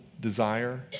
desire